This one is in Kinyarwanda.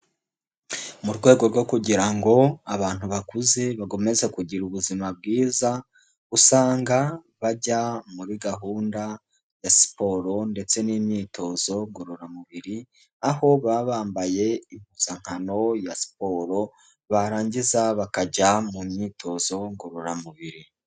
Mu rwego rwo kugira ngo abantu bakuze bakomeze kugira ubuzima bwiza, usanga bajya muri gahunda ya siporo ndetse n'imyitozo ngororamubiri, aho baba bambaye impuzankano ya siporo barangiza bakajya mu myitozo ngororamubiri.